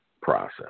process